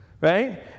right